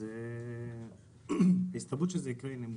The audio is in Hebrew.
אז ההסתברות שזה יקרה היא נמוכה.